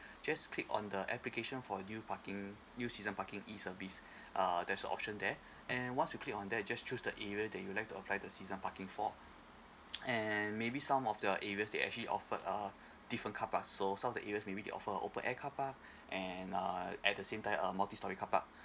just click on the application for new parking new season parking E_service err there's an option there and once you clicked on that just choose the area that you'd like to apply the season parking for and maybe some of the areas they actually offer uh different carparks so some of the areas maybe they offer open air carpark and err at the same time um multi storey carpark